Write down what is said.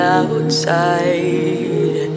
outside